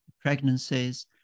pregnancies